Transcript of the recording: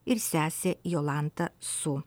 ir sesė jolanta su